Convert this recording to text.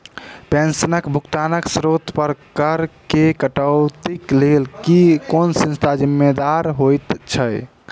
पेंशनक भुगतानक स्त्रोत पर करऽ केँ कटौतीक लेल केँ संस्था जिम्मेदार होइत छैक?